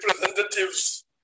representatives